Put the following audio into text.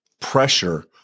pressure